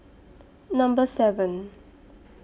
Number seven